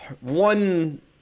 one